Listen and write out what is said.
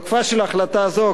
תוקפה של החלטה זו,